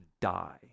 die